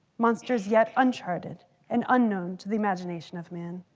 monsters yet uncharted and unknown to the imagination of men,